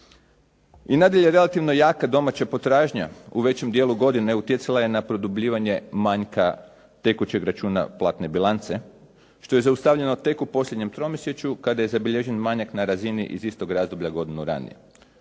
I nadalje relativno jaka domaća potražnja u većem dijelu godine utjecala je na produbljivanje manjka tekućeg računa platne bilance što je zaustavljeno tek u posljednjem tromjesečju kada je zabilježen manjak na razini iz istog razdoblja godinu ranije.